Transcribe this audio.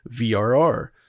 VRR